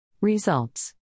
Results